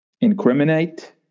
incriminate